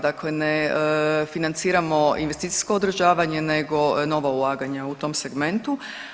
Dakle, ne financiramo investicijsko održavanje nego nova ulaganja u tom segmentu.